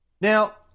Now